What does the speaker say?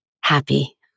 happy